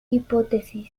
hipótesis